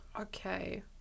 Okay